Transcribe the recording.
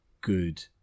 good